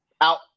out